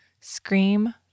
scream